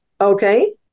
Okay